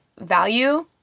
value